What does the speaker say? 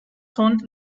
son